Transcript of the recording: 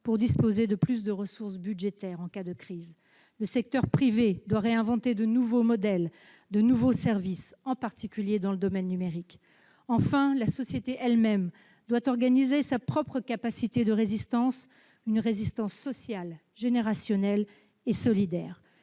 pour disposer de plus de ressources budgétaires en cas de crise. Le secteur privé doit réinventer de nouveaux modèles, de nouveaux services, en particulier dans le domaine numérique. Enfin, la société elle-même doit organiser sa propre capacité de résistance, une résistance sociale, générationnelle et solidaire.